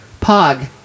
pog